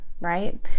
right